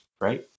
right